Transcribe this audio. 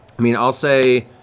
i mean, i'll say